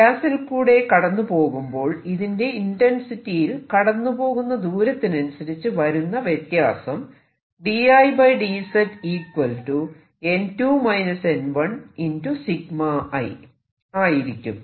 ഗ്യാസിൽ കൂടെ കടന്നു പോകുമ്പോൾ ഇതിന്റെ ഇന്റെൻസിറ്റിയിൽ കടന്നുപോകുന്ന ദൂരത്തിനനുസരിച്ച് വരുന്ന വ്യത്യാസം ആയിരിക്കും